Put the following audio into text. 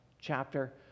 chapter